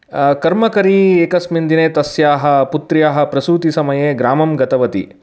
कर्मकरी एकस्मिन् दिने तस्याः पुत्र्याः प्रसूतिसमये ग्रामम् गतवती